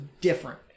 different